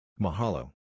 Mahalo